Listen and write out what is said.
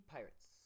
Pirates